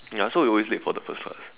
ya so we always late for the first class